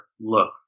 look